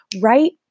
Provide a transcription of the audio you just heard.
Right